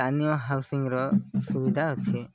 ସ୍ଥାନୀୟ ହାଉସିଂର ସୁବିଧା ଅଛି